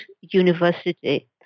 university